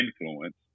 influence